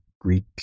Greek